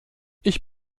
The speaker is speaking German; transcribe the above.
ich